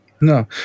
No